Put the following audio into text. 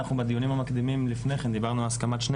אנחנו בדיונים המקדימים לפני כן דיברנו על הסכמת שני